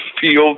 Field